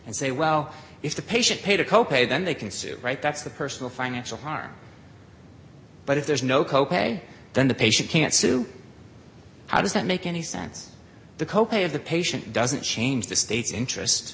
and say well if the patient paid a co pay then they can sue right that's the personal financial harm but if there's no co pay then the patient can't sue how does that make any sense the co pay of the patient doesn't change the state's interest